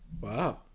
wow